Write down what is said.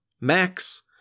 Max